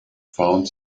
found